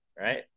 right